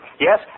Yes